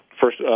first